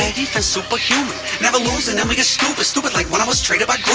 defense superhuman. never losin', and we get stupid stupid like when i was traded by